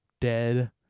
dead